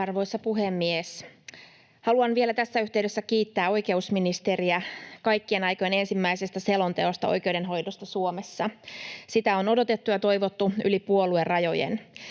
Arvoisa puhemies! Haluan vielä tässä yhteydessä kiittää oikeusministeriä kaikkien aikojen ensimmäisestä selonteosta oikeudenhoidosta Suomessa. Sitä on odotettu ja toivottu yli puoluerajojen.